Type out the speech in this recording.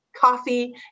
coffee